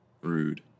Rude